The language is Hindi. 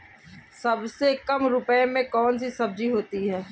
सबसे कम रुपये में कौन सी सब्जी होती है?